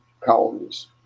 colonies